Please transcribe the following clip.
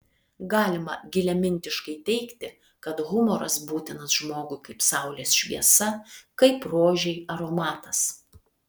galima giliamintiškai teigti kad humoras būtinas žmogui kaip saulės šviesa kaip rožei aromatas